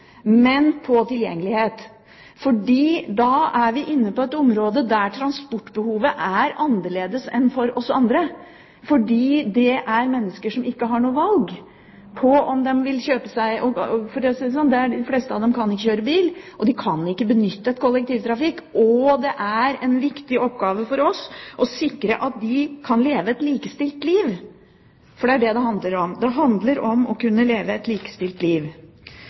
men på tilgjengelighet, for da er vi inne på et område der transportbehovet er annerledes enn for oss andre, fordi det er mennesker som ikke har noe valg, og – for å si det slik – de fleste av dem kan ikke kjøre bil, og de kan ikke benytte kollektivtrafikk. Det er en viktig oppgave for oss å sikre at de kan leve et likestilt liv, for det er det det handler om. Så er det spørsmål om nasjonale retningslinjer. Jeg tenker at kollektivtrafikken er et fylkeskommunalt ansvar. Den delen av dette som handler om bestillingsruter eller serviceruter, er et